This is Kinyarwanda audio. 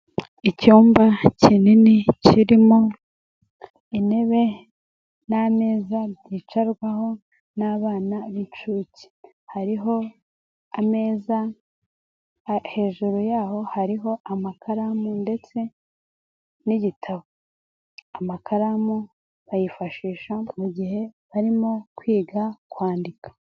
Icyumba kinini kirimo intebe n'ameza byicarwaho n'abana b'inshuke, hariho ameza hejuru yaho hariho amakaramu ndetse n'igitabo, amakaramu bayifashisha mu gihe barimo kwiga kwandika.